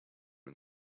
and